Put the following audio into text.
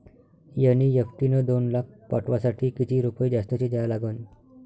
NEFT न दोन लाख पाठवासाठी किती रुपये जास्तचे द्या लागन?